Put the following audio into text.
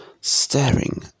staring